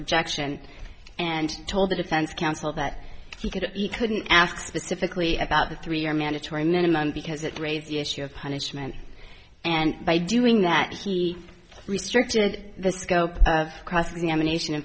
objection and told the defense counsel that he could eat couldn't ask specifically about the three year mandatory minimum because it raises the issue of punishment and by doing that he restricted the scope of cross examination